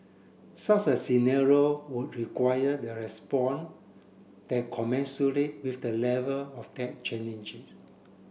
such a scenario would enquire the respond that commensurate with the level of that challenges